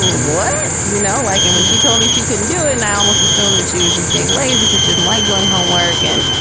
you know, like and when she told me she couldn't do it now almost as soon that she was just being lazy because she doesn't like doing homework. and,